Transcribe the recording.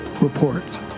report